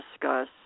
discuss